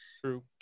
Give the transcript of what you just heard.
True